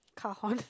cajon